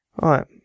right